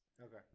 Okay